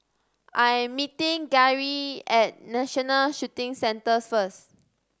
I'm meeting Garey at National Shooting Centre first